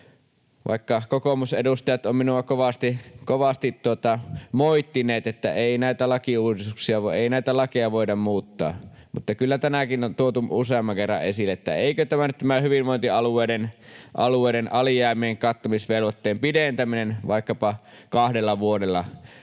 Vaikka kokoomusedustajat ovat minua kovasti moittineet, että ei näitä lakeja voida muuttaa, niin kyllä tänäänkin on tuotu useamman kerran esille, että eikö nyt tämä hyvinvointialueiden alijäämien kattamisvelvoitteen pidentäminen vaikkapa kahdella vuodella